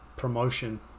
promotion